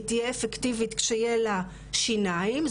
היא תהיה אפקטיבית כשיהיה לה שיניים,